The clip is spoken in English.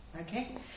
Okay